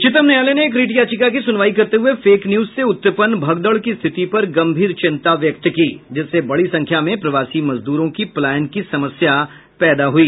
उच्चतम न्यायालय ने एक रिट याचिका की सुनवाई करते हुए फेक न्यूज से उत्पन्न भगदड़ की स्थिति पर गंभीर चिंता व्यक्त की जिससे बड़ी संख्या में प्रवासी मजदूरों की पलायन की समस्या पैदी हुई